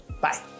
Bye